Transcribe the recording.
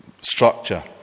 structure